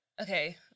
okay